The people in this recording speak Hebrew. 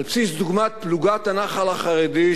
על בסיס דוגמת פלוגת הנח"ל החרדי,